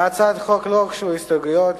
להצעת החוק לא הוגשו הסתייגויות.